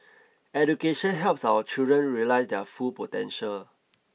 education helps our children realise their full potential